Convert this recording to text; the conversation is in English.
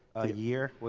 a year.